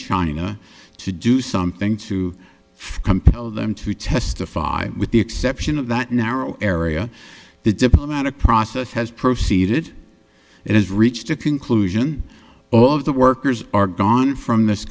china to do something to compel them to testify with the exception of that narrow area the diplomatic process has proceeded it has reached a conclusion all of the workers are gone from this